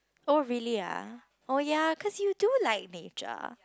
oh really lah oh ya cause you do like nature